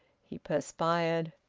he perspired.